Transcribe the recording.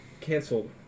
Canceled